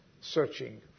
searching